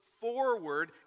forward